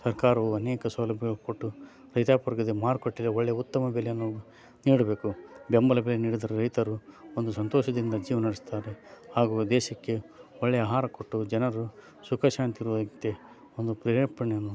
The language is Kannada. ಸರ್ಕಾರವು ಅನೇಕ ಸೌಲಭ್ಯಗಳನ್ನು ಕೊಟ್ಟು ರೈತಾಪಿ ವರ್ಗದ ಮಾರುಕಟ್ಟೇಲಿ ಒಳ್ಳೆ ಉತ್ತಮ ಬೆಲೆಯನ್ನು ನೀಡಬೇಕು ಬೆಂಬಲ ಬೆಲೆ ನೀಡಿದರೆ ರೈತರು ಒಂದು ಸಂತೋಷದಿಂದ ಜೀವನ ನಡೆಸ್ತಾರೆ ಹಾಗೂ ದೇಶಕ್ಕೆ ಒಳ್ಳೆಯ ಆಹಾರ ಕೊಟ್ಟು ಜನರು ಸುಖ ಶಾಂತಿ ಇರುವಂತೆ ಒಂದು ಪ್ರೇರೇಪಣೆಯನ್ನು